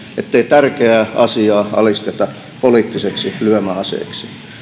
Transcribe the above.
ettei tärkeää asiaa alisteta poliittiseksi lyömäaseeksi